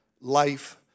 life